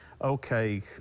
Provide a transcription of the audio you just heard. okay